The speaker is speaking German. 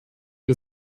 wir